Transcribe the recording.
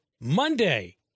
Monday